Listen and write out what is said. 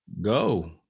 Go